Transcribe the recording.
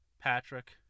Patrick